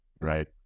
right